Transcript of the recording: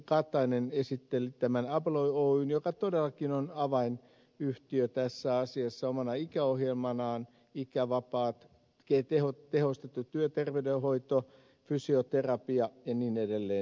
kataja esitteli tämän abloy oyn joka todellakin on avainyhtiö tässä asiassa omalla ikäohjelmallaan ikävapaa tehostettu työterveydenhoito fysioterapia ja niin edelleen